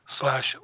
slash